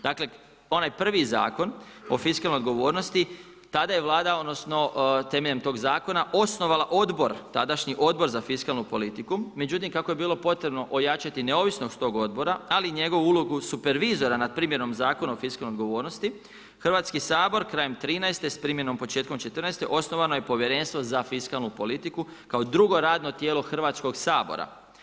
Dakle onaj prvi zakon o fiskalnoj odgovornosti, tada je Vlada odnosno temeljem tog zakona, osnovala odbor, tadašnji odbor za fiskalnu politiku međutim kako je bilo potrebno ojačati neovisnost tog odbora ali i njegovu ulogu supervizora nad primjenu zakona o fiskalnoj odgovornosti, Hrvatski sabor krajem 2013. s primjenom početka 2014., osnovano je Povjerenstvo za fiskalnu politiku kao drugo radno tijelo Hrvatskog sabora.